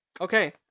Okay